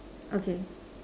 okay